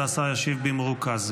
והשר ישיב במרוכז.